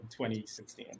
2016